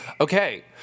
Okay